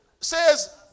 says